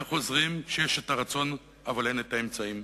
איך עוזרים כשיש רצון אבל אין אמצעים?